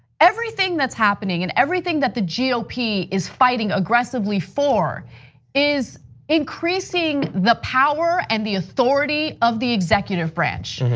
everything that's happening, and everything that the yeah ah gop is fighting aggressively for is increasing the power and the authority of the executive branch,